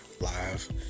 live